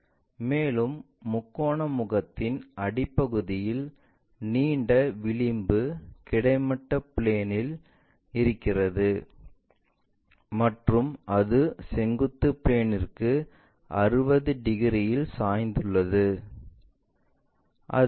மேலும் முக்கோண முகத்தின் அடிப்பகுதியின் நீண்ட விளிம்பு கிடைமட்ட பிளேன்இல் இருக்கிறது மற்றும் அது செங்குத்து பிளேன்ற்கு 60 டிகிரியில் சாய்ந்துள்ளது